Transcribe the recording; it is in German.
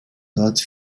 dort